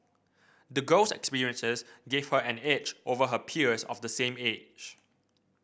the girl's experiences gave her an edge over her peers of the same age